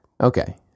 Okay